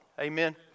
Amen